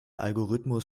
algorithmus